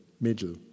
middle